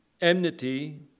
enmity